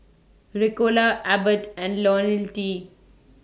Ricola Abbott and Ionil T